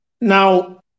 Now